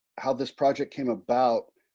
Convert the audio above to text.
how this project came about.